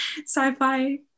sci-fi